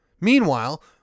Meanwhile